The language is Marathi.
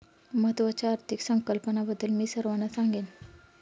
महत्त्वाच्या आर्थिक संकल्पनांबद्दल मी सर्वांना सांगेन